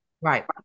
Right